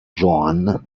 johann